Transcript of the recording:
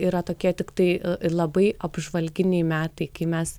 yra tokie tiktai labai apžvalginiai metai kai mes